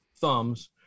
thumbs